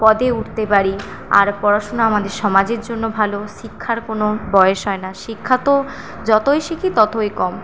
পদে উঠতে পারি আর পড়াশুনো আমাদের সমাজের জন্য ভালো শিক্ষার কোনো বয়স হয় না শিক্ষা তো যতই শিখি ততই কম